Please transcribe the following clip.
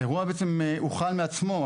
האירוע בעצם הוחל מעצמו,